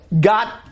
got